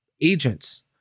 agents